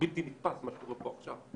מה שקורה פה עכשיו,